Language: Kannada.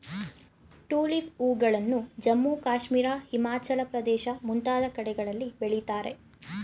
ಟುಲಿಪ್ ಹೂಗಳನ್ನು ಜಮ್ಮು ಕಾಶ್ಮೀರ, ಹಿಮಾಚಲ ಪ್ರದೇಶ ಮುಂತಾದ ಕಡೆಗಳಲ್ಲಿ ಬೆಳಿತಾರೆ